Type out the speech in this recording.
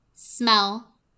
smell